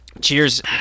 cheers